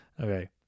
Okay